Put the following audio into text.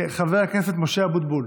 חבר הכנסת משה אבוטבול.